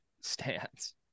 stance